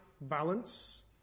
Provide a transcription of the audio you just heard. balance